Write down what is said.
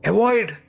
Avoid